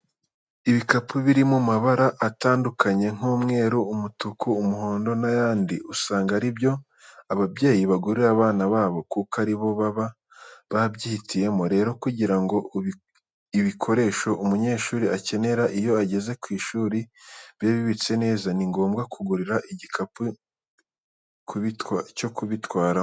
Ibikapu biri mu mabara atandukanye nk'umweru, umutuku, umuhondo n'ayandi usanga ari byo ababyeyi bagurira abana babo kuko ari bo baba babyihitiyemo. Rero kugira ngo ibikoresho umunyeshuri akenera iyo ageze ku ishuri bibe bibitse neza, ni ngombwa kugurirwa igikapu cyo kubitwaramo.